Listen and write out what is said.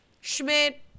schmidt